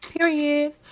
period